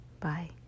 Bye